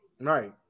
Right